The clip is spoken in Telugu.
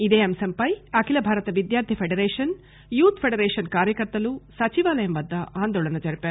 ఇదే అంశంపై అఖిల భారత విద్యార్థి ఫెడరేషన్ యూత్ ఫెడరేషన్ కార్యకర్తలు సచివాలయం వద్ద ఆందోళన జరిపారు